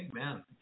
Amen